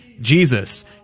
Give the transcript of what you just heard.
Jesus